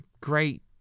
great